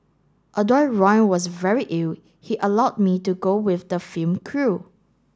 although Ron was very ill he allowed me to go with the film crew